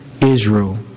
Israel